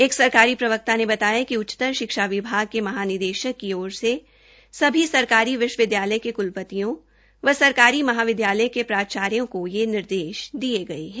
एक सरकारी प्रवक्ता ने बताया कि उच्चतर शिक्षा विभाग के महानिदेशक की ओर से सभी सरकारी विश्वविद्यालय के क्लपतियों व सरकारी महाविद्यालय के प्राचार्यो को यह निर्देश दिये गये है